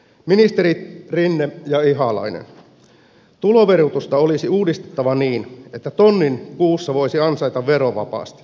ministerit rinne ja ihalainen tuloverotusta olisi uudistettava niin että tonnin kuussa voisi ansaita verovapaasti